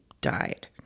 died